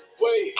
Wait